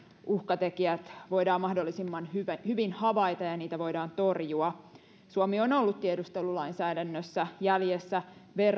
uhkatekijät voidaan mahdollisimman hyvin havaita ja niitä voidaan torjua suomi on ollut tiedustelulainsäädännössä jäljessä